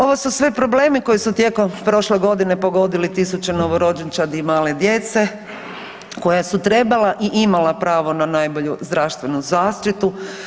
Ovo su sve problemi koji su tijekom prošle godine pogodili tisuće novorođenčadi i male djece koji su trebali i imala pravo na najbolju zdravstvenu zaštitu.